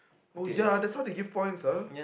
oh ya that's how they give points ah